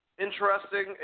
interesting